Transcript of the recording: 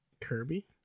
Kirby